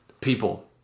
people